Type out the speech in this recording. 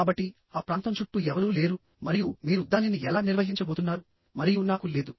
కాబట్టి ఆ ప్రాంతం చుట్టూ ఎవరూ లేరు మరియు మీరు దానిని ఎలా నిర్వహించబోతున్నారు మరియు నాకు లేదు